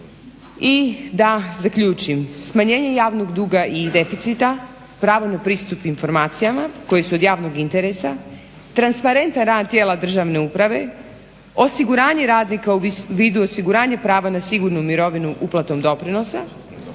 I da zaključim, smanjenje javnog duga i deficita, pravo na pristup informacijama koje su od javnog interesa, transparentan rad tijela državne uprave, osiguranje radnika u vidu osiguranja prava na sigurnu mirovinu uplatom doprinosa,